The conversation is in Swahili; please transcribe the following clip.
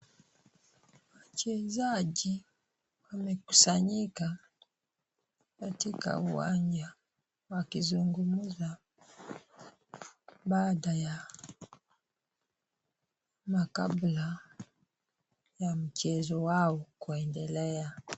Wachezaji wamekusanyika katika uwanja wakizungumza baada ya na kabla ya mchezo wao kuendelea.